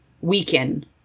weaken